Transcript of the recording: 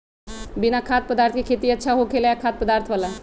बिना खाद्य पदार्थ के खेती अच्छा होखेला या खाद्य पदार्थ वाला?